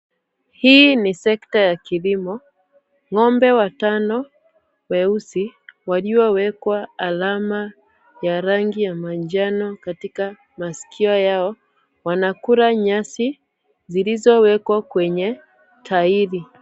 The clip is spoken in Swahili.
Hii ni sekta ya kilimo. Ng'ombe watano weusi waliowekwa alama ya rangi ya manjano katika masikio yao wanakula nyasi zilizowekwa kwenye taili .